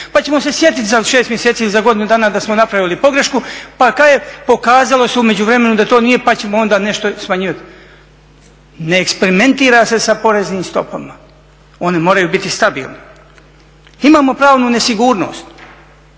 pa ćemo se sjetiti za 6 mjeseci ili za godinu dana da smo napravili pogrešku, pokazalo se u međuvremenu da to nije pa ćemo onda nešto smanjivati. Ne eksperimentira se sa poreznim stopama, one moraju biti stabilne. Imamo pravnu nesigurnost